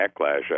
backlash